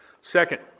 Second